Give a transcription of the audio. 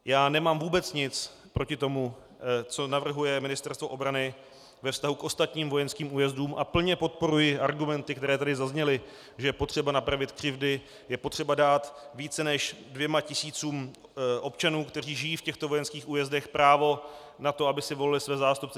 Já nemám vůbec nic proti tomu, co navrhuje Ministerstvo obrany ve vztahu k ostatním vojenským újezdům, a plně podporuji argumenty, které tady zazněly, že je potřeba napravit křivdy, je potřeba dát více než dvěma tisícům občanů, kteří žijí v těchto vojenských újezdech, právo na to, aby si volili své zástupce.